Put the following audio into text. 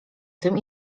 tym